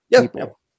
people